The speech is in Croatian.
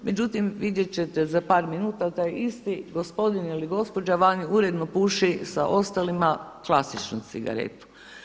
Međutim, vidjeti ćete za par minuta taj isti gospodin ili gospođa vani uredno puši sa ostalima klasičnu cigaretu.